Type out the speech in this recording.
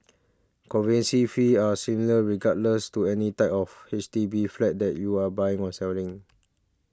conveyance fees are similar regardless of the type of H D B flat that you are buying or selling